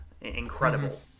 incredible